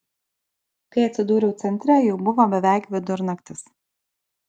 kai atsidūriau centre jau buvo beveik vidurnaktis